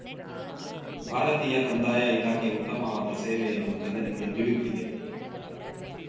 ಭಾರತೀಯ ಕಂದಾಯ ಇಲಾಖೆ ಉತ್ತಮವಾದ ಸೇವೆಯನ್ನು ಜನರಿಗೆ ನೀಡುತ್ತಿದೆ